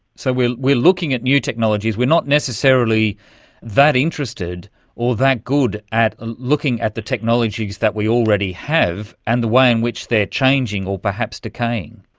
so we're looking at new technologies, we're not necessarily that interested or that good at and looking at the technologies that we already have and the way in which they are changing or perhaps decaying?